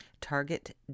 Target